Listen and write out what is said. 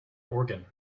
organ